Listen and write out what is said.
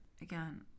again